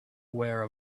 aware